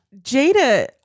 Jada